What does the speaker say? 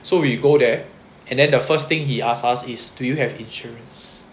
so we go there and then the first thing he asked us is do you have insurance